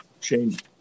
change